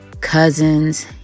cousins